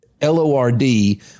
L-O-R-D